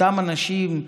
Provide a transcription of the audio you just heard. אותם אנשים,